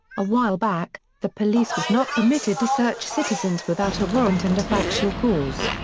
a while back, the police was not permitted to search citizens without a warrant and a factual cause.